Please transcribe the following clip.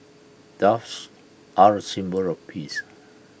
doves are A symbol of peace